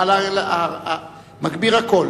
אדוני היושב-ראש,